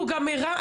הוא גם הראה,